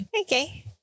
Okay